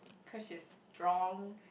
cause she's strong